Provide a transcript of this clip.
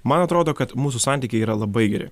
man atrodo kad mūsų santykiai yra labai geri